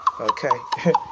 okay